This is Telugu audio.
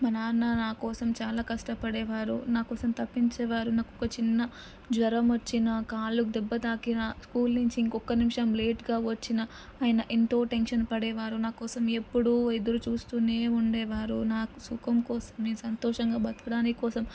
మా నాన్న నాకోసం చాలా కష్టపడేవారు నాకోసం తపించేవారు నాకు ఒక చిన్న జ్వరం వచ్చినా కాలుకి దెబ్బ తాకినా స్కూల్ నుంచి ఇంకొక్క నిమిషం లేట్గా వచ్చిన ఆయన ఎంతో టెన్షన్ పడేవారు నాకోసం ఎప్పుడూ ఎదురు చూస్తూనే ఉండేవారు నా సుఖం కోసమే నేను సంతోషంగా బ్రతకడానికి కోసమే